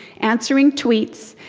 answering tweets,